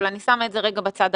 אני שם את זה רגע בצד.